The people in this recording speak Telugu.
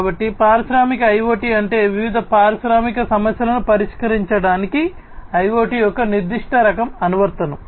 కాబట్టి పారిశ్రామిక IOT అంటే వివిధ పారిశ్రామిక సమస్యలను పరిష్కరించడానికి IoT యొక్క నిర్దిష్ట రకం అనువర్తనం